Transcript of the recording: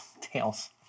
Tails